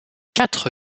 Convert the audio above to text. quatre